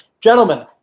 Gentlemen